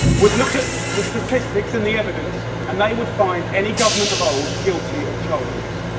would look at the statistics and the evidence, and they would find any government of old guilty of child abuse.